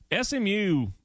SMU